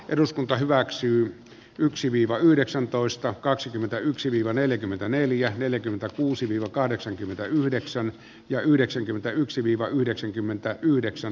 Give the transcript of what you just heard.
eduskunta hyväksyy yksiviivayhdeksäntoista kaksikymmentäyksi viiva neljäkymmentäneljä neljäkymmentäkuusi viro kahdeksankymmentäyhdeksän ja yhdeksänkymmentäyksi viiva yhdeksänkymmentä yhdeksän